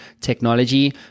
technology